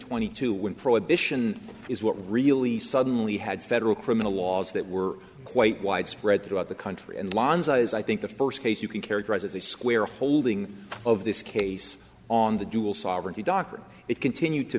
twenty two when prohibition is what really suddenly had federal criminal laws that were quite widespread throughout the country and law is i think the first case you can characterize as a square holding of this case on the dual sovereignty doctrine it continue to